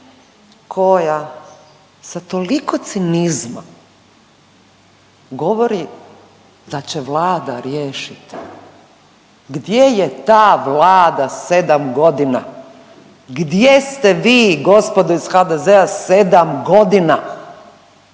koja sa toliko cinizma govori da će Vlada riješiti. Gdje je ta Vlada 7 godina? Gdje ste vi gospodo iz HDZ-a 7 godina?